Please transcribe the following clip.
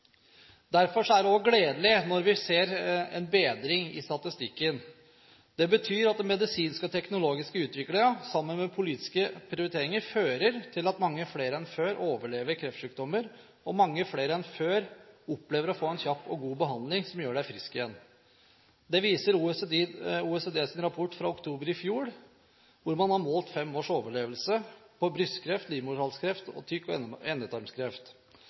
Derfor er det gledelig når vi ser en bedring i statistikken. Det betyr at den medisinske og teknologiske utviklingen, sammen med politiske prioriteringer, fører til at mange flere enn før overlever kreftsykdommer, og mange flere enn før opplever å få en kjapp og god behandling som gjør deg frisk igjen. Det viser OECDs rapport fra oktober i fjor, hvor man har målt fem års overlevelse på brystkreft, livmorhalskreft og tykktarms- og endetarmskreft.